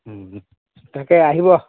তাকে আহিব